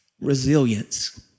resilience